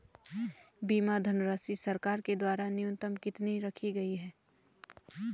बीमा धनराशि सरकार के द्वारा न्यूनतम कितनी रखी गई है?